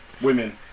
Women